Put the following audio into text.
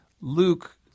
Luke